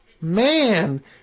man